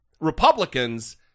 Republicans